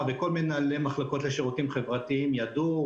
וכל מנהלי מחלקות לשירותים חברתיים ידעו,